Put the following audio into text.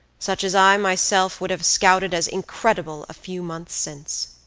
such as i myself would have scouted as incredible a few months since.